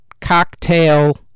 Cocktail